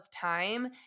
time